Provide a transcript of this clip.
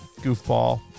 goofball